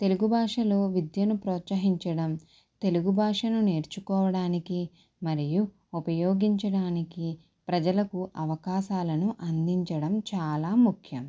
తెలుగుభాషలో విద్యను ప్రోత్సహించడం తెలుగుభాషను నేర్చుకోవడానికి మరియు ఉపయోగించడానికి ప్రజలకు అవకాశాలను అందించడం చాలా ముఖ్యం